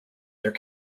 their